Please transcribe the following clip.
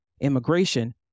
immigration